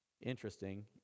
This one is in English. interesting